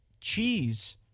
cheese